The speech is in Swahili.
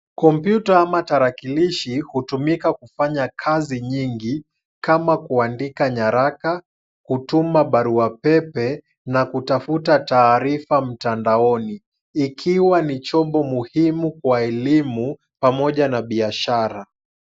Kompyuta ama tarakilishi, hutumika kufanya kazi nyingi kama kuandika nyaraka, kutuma barua pepe na kutafuta taarifa mtandaoni, ikiwa ni chombo muhimu kwa elimu pamoja na biashara.